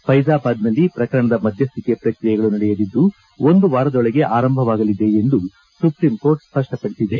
ಫೈಜಾಬಾದ್ನಲ್ಲಿ ಪ್ರಕರಣದ ಮಧ್ಯಸ್ಥಿಕೆ ಪ್ರಕ್ರಿಯೆಗಳು ನಡೆಯಲಿದ್ದು ಒಂದು ವಾರದೊಳಗೆ ಆರಂಭವಾಗಲಿದೆ ಎಂದು ಸುಪ್ರೀಂಕೋರ್ಟ್ ಸ್ವಷ್ಟಪಡಿಸಿದೆ